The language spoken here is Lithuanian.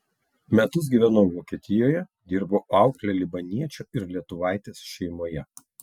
metus gyvenau vokietijoje dirbau aukle libaniečio ir lietuvaitės šeimoje